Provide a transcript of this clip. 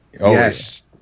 Yes